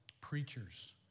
preachers